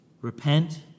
repent